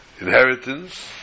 inheritance